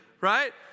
right